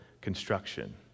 construction